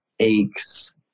aches